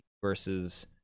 versus